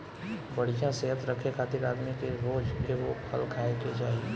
बढ़िया सेहत रखे खातिर आदमी के रोज एगो फल खाए के चाही